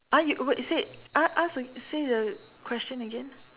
ah you wait say ask ask say the question again